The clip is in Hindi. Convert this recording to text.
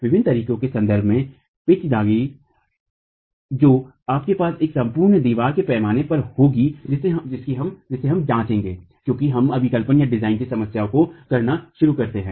विभिन्न तरीकों के संदर्भ में पेचीदगी जो आपके पास एक संपूर्ण दीवार के पैमाने पर होगी जिसे हम जांचेंगे क्योंकि हम अभिकल्पनडिजाइन की समस्याओं को करना शुरू करते हैं